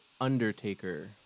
Undertaker